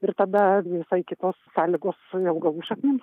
ir tada visai kitos sąlygos su ilgom šaknim